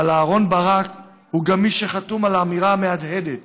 אבל אהרן ברק הוא גם מי שחתום על האמירה המהדהדת